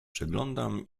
przeglądam